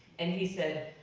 and he said,